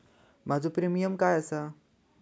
माझो प्रीमियम काय आसा?